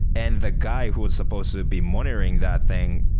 and the guy who was supposed to be monitoring that thing,